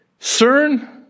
CERN